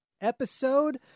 episode